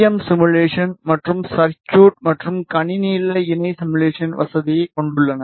M simulation மற்றும் circuit மற்றும் கணினி நிலை இணை சிமுலேஷன் வசதியைக் கொண்டுள்ளன